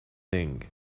thing